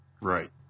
Right